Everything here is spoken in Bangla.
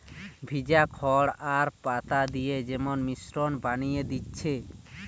ভিজা খড় আর পাতা দিয়ে যে মিশ্রণ বানিয়ে দিচ্ছে